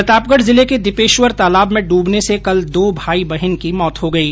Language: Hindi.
प्रतापगढ़ जिले के दिपेश्वर तालाब में डूबने से कल दो भाई बहिन की मौत हो गयी